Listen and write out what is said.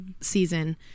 season